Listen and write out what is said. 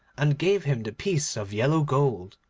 and gave him the piece of yellow gold.